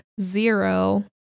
Zero